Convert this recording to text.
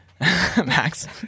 Max